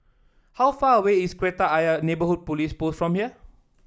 how far away is Kreta Ayer Neighbourhood Police Post from here